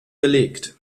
belegt